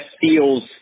feels